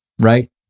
right